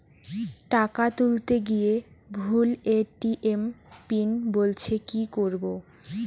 টাকা তুলতে গিয়ে ভুল এ.টি.এম পিন বলছে কি করবো?